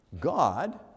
God